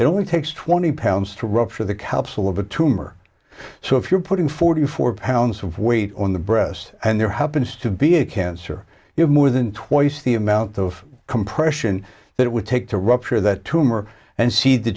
it only takes twenty pounds to rupture the capsule of a tumor so if you're putting forty four pounds of weight on the breast and there happens to be a cancer you have more than twice the amount of compression that it would take to rupture that tumor and see the